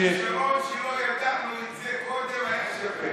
הכישרון שלא ידענו את זה קודם, היה שווה.